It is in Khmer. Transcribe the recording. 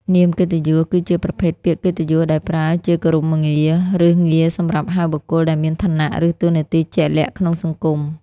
នាមកិត្តិយស គឺជាប្រភេទពាក្យកិត្តិយសដែលប្រើជាគោរមងារ ឬងារសម្រាប់ហៅបុគ្គលដែលមានឋានៈ ឬតួនាទីជាក់លាក់ក្នុងសង្គម។